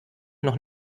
noch